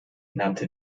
nannte